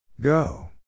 Go